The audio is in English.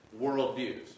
worldviews